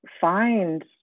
find